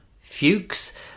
Fuchs